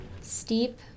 Steep